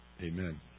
Amen